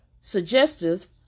suggestive